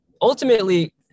ultimately